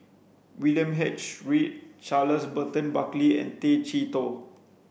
William H Read Charles Burton Buckley and Tay Chee Toh